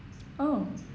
oh